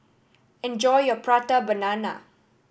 enjoy your Prata Banana